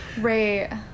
Right